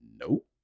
Nope